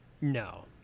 no